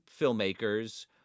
filmmakers